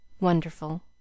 Wonderful